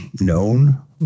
known